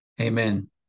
Amen